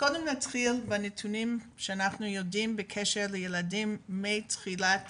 קודם נתחיל בנתונים שאנחנו יודעים בקשר לילדים מתחילת